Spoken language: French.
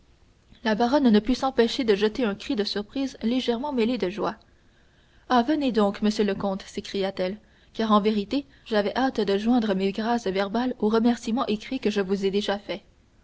la baronne ne put s'empêcher de jeter un cri de surprise légèrement mêlé de joie ah venez donc monsieur le comte s'écria-t-elle car en vérité j'avais hâte de joindre mes grâces verbales aux remerciements écrits que je vous ai déjà faits